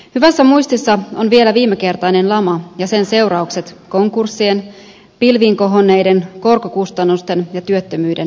hyvässä muistissa on vielä viimekertainen lama ja sen seuraukset konkurssien pilviin kohonneiden korkokustannusten ja työttömyyden myötä